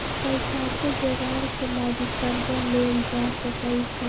पइसाके जोगार के लागी कर्जा लेल जा सकइ छै